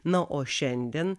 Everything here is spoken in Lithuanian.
na o šiandien